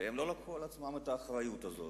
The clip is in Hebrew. והם לא קיבלו על עצמם את האחריות הזאת.